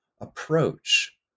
approach